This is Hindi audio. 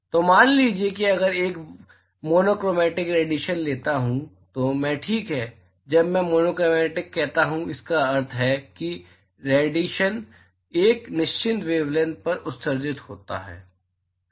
तो मान लीजिए कि अगर मैं एक मोनोक्रोमैटिक रेडिएशन लेता हूं तो ठीक है जब मैं मोनोक्रोमैटिक कहता हूं जिसका अर्थ है कि रेडिएशन एक निश्चित वेवलैंथ पर उत्सर्जित होता है